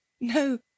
No